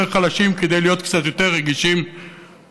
חלשים כדי להיות קצת יותר רגישים ולהרגיש.